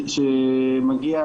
שמגיע